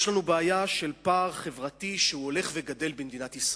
יש לנו בעיה של פער חברתי שהוא הולך וגדל במדינת ישראל.